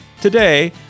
Today